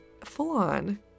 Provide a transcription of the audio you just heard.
full-on